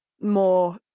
more